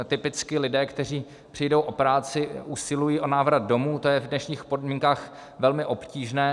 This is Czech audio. Typicky lidé, kteří přijdou o práci, usilují o návrat domů, to je v dnešních podmínkách velmi obtížné.